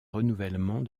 renouvellement